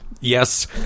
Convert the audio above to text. Yes